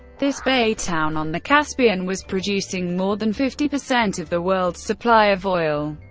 this bay town on the caspian was producing more than fifty percent of the world's supply of oil.